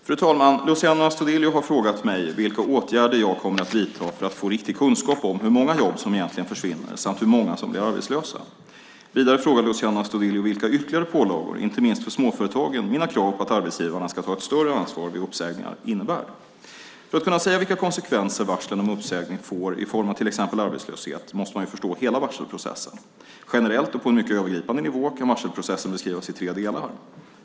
Fru talman! Luciano Astudillo har frågat mig vilka åtgärder jag kommer att vidta för att få riktig kunskap om hur många jobb som egentligen försvinner samt hur många som blir arbetslösa. Vidare frågar Luciano Astudillo vilka ytterligare pålagor, inte minst för småföretagen, mina krav på att arbetsgivarna ska ta ett större ansvar vid uppsägningar innebär. För att kunna säga vilka konsekvenser varslen om uppsägning får i form av till exempel arbetslöshet måste man förstå hela varselprocessen. Generellt, och på en mycket övergripande nivå, kan varselprocessen beskrivas i tre delar.